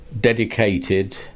dedicated